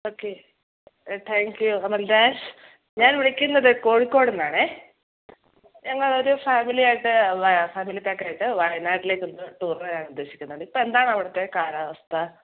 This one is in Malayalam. ഓക്കേ താങ്ക് യു അമൽരാജ് ഞാൻ വിളിക്കുന്നത് കോഴിക്കോടു നിന്നാണ് ഞങ്ങൾ ഒരു ഫാമിലിയായിട്ട് ഫാമിലി പാക്കായിട്ട് വായനാട്ടിലേക്കൊന്ന് ടൂറിനു വരാൻ ഉദ്ദേശിക്കുന്നുണ്ട് ഇപ്പോൾ എന്താണ് അവിടുത്തെ കാലാവസ്ഥ